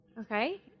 Okay